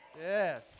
Yes